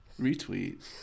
Retweet